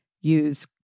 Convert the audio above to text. Use